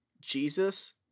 Jesus